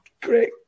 Great